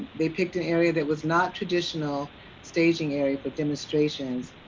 they picked an area that was not traditional staging area for demonstrations,